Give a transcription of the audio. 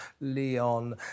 Leon